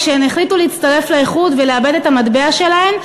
כשהן החליטו להצטרף לאיחוד ולאבד את המטבע שלהן,